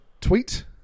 tweet